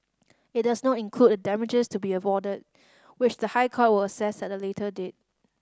it does not include the damages to be awarded which the High Court will assess at a later date